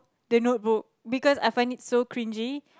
the Notebook because I find it so cringey